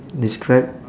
describe